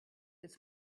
its